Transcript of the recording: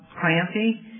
Clancy